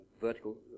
vertical